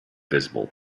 visible